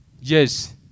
Yes